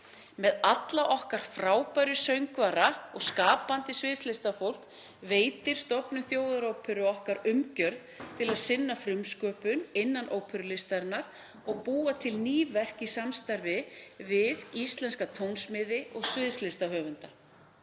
Með alla okkar frábæru söngvara og skapandi sviðslistafólk veitir stofnun Þjóðaróperu okkur umgjörð til að sinna frumsköpun innan óperulistar og búa til ný verk í samstarfi við íslenska tónsmiði og sviðslistahöfunda.